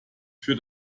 für